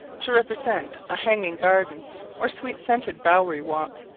to represent a hanging garden or sweet-scented bowery walk.